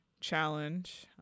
challenge